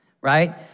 right